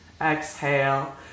Exhale